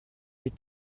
est